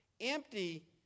Empty